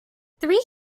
three